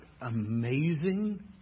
amazing